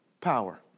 power